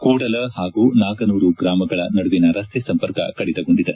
ಕೂಡಲ ಹಾಗೂ ನಾಗನೂರು ಗ್ರಾಮಗಳ ನಡುವಿನ ರಸ್ತೆ ಸಂಪರ್ಕ ಕಡಿತಗೊಂಡಿದೆ